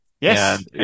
Yes